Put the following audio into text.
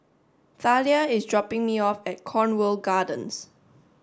Thalia is dropping me off at Cornwall Gardens